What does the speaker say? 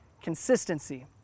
consistency